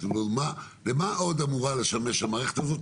למה עוד אמורה לשמש המערכת הזאת,